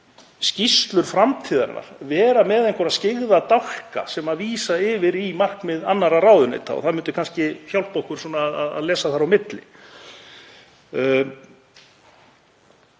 skýrslur framtíðarinnar vera með einhverja skyggða dálka sem vísa yfir í markmið annarra ráðuneyta, það myndi kannski hjálpa okkur að lesa þar á milli.